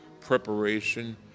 preparation